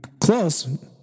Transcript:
Close